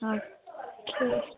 సరే